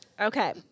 Okay